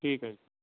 ਠੀਕ ਹੈ